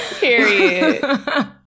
Period